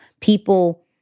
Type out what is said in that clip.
People